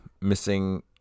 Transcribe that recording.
missing